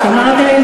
אז אתם מפריעים.